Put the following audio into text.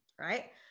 right